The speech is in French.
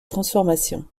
transformation